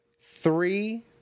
Three